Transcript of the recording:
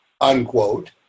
unquote